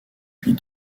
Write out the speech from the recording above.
puis